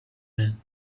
man